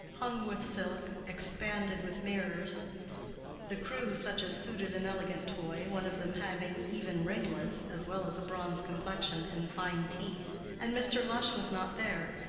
hung with silk, expanded with mirrors the crew such as suited an elegant toy, one of them having even ringlets, as well as a bronze complexion and fine teeth and mr. lush was not there,